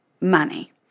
money